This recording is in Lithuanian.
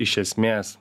iš esmės